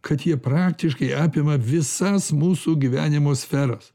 kad jie praktiškai apima visas mūsų gyvenimo sferas